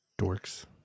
Dorks